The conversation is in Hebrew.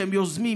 שהם יוזמים,